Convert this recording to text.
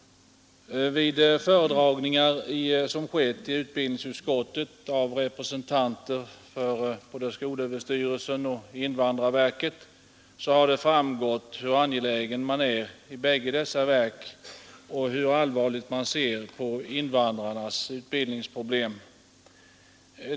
Vid föredragningar i utbildningsutskottet av representanter från skolöverstyrelsen och invandrarverket har det framgått hur allvarligt man i bägge dessa verk ser på invandrarnas utbildningsproblem.